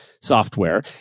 software